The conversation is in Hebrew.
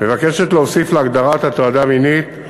מבקשת להוסיף להגדרת הטרדה מינית,